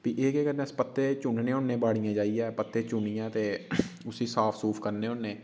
फ्ही एह् केह् करने अस पत्ते चुनने होन्ने बाड़ियें जाइयै पत्ते चुनियै ते उसी साफ सूफ करने होन्नें